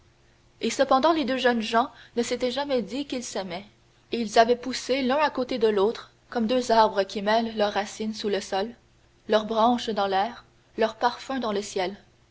et cependant les deux jeunes gens ne s'étaient jamais dit qu'ils s'aimaient ils avaient poussé l'un à côté de l'autre comme deux arbres qui mêlent leurs racines sous le sol leurs branches dans l'air leur parfum dans le ciel